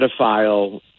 pedophile